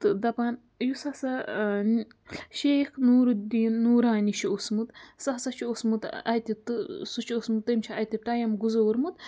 تہٕ دَپان یُس ہسا شیخ نورالدیٖن نورانی چھُ اوسمُت سُہ ہسا چھُ اوسمُت اَتہِ تہٕ سُہ چھُ اوسمُت تٔمۍ چھُ اَتہِ ٹایِم گُزورمُت